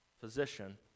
physician